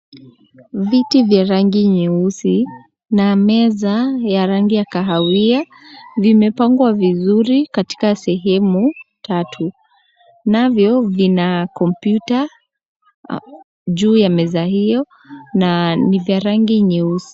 Viti vya rangi nyeusi na meza ya rangi ya kahawia vimepangwa vizuri katika sehemu tatu, navyo vina kompyuta juu ya meza hiyo na ni vya rangi nyeusi.